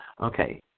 Okay